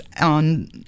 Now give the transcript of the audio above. on